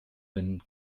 wenn